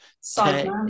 side